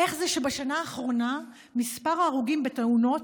איך זה שבשנה האחרונה מספר ההרוגים בתאונות,